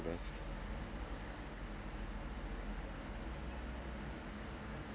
best